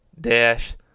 dash